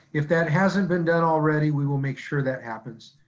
if that hasn't been done already we will make sure that happens.